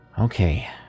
Okay